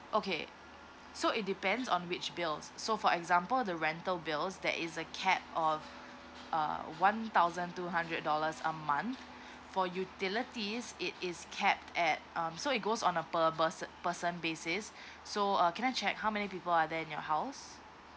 okay so it depends on which bills so for example the rental bills there is a cap of uh one thousand two hundred dollars a month for utilities it is capped at um so it goes on a per per~ person basis so uh can I check how many people are there in your house